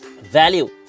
value